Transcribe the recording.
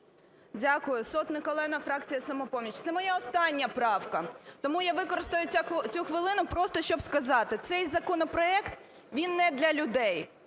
Дякую. Сотник Олена, фракція "Самопоміч". Це моя остання правка, тому я використаю цю хвилину просто, щоб сказати: цей законопроект, він не для людей,